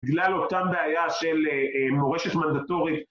בגלל אותה בעיה של מורשת מנדטורית